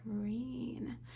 green